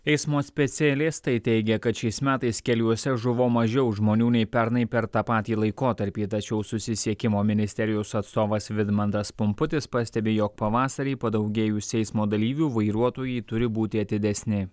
eismo specialistai teigia kad šiais metais keliuose žuvo mažiau žmonių nei pernai per tą patį laikotarpį tačiau susisiekimo ministerijos atstovas vidmantas pumputis pastebi jog pavasarį padaugėjus eismo dalyvių vairuotojai turi būti atidesni